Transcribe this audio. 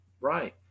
Right